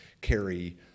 carry